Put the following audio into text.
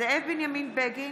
זאב בנימין בגין,